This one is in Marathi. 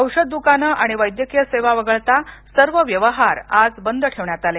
औषध दुकाने आणि वैद्यकीय सेवा वगळता सर्व व्यवहार आज बंद ठेवण्यात आले